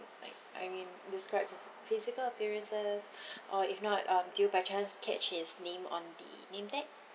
like I mean describe his physical appearances or if not um do you by chance catch his name on the nametag